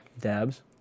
Dabs